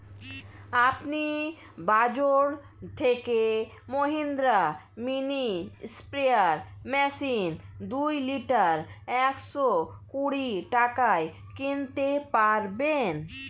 আপনি বাজর থেকে মহিন্দ্রা মিনি স্প্রেয়ার মেশিন দুই লিটার একশো কুড়ি টাকায় কিনতে পারবেন